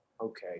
Okay